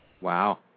Wow